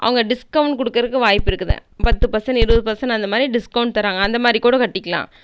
அவங்க டிஸ்கவுண்ட் கொடுக்கறக்கு வாய்ப்பிருக்குது பத்து பர்சன்ட் இருபது பர்சன்ட் அந்த மாரி டிஸ்கவுண்ட் தராங்க அந்த மாரி கூட கட்டிக்கலாம்